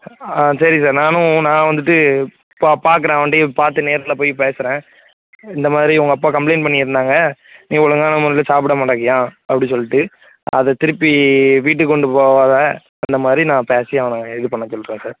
ஆ சரி சார் நானும் நான் வந்துட்டு பா பார்க்குறேன் அவன்கிட்டையும் பார்த்து நேர்ல போய் பேசுகிறேன் இந்த மாதிரி உங்கள் அப்பா கம்ப்ளைன்ட் பண்ணியிருந்தாங்க நீ ஒழுங்கான முறையில் சாப்பிட மாட்டேங்கியான் அப்படி சொல்லிட்டு அதை திருப்பி வீட்டுக்கு கொண்டு போகாத அந்த மாதிரி நான் பேசி அவனை இது பண்ண சொல்கிறேன் சார்